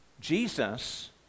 Jesus